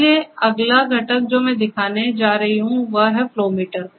इसलिए अगला घटक जो मैं दिखाने जा रही हूं वह है फ्लो मीटर